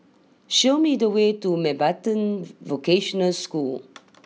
show me the way to Mountbatten Vocational School